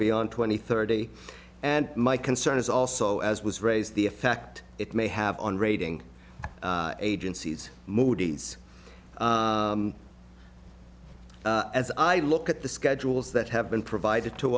beyond twenty thirty and my concern is also as was raised the effect it may have on rating agencies moody's as i look at the schedules that have been provided to